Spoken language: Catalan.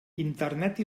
internet